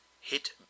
hit